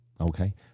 okay